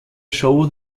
show